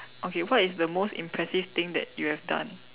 okay what is the most impressive thing that you have done